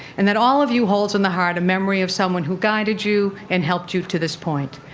and that all of you hold in the heart a memory of someone who guided you and helped you to this point.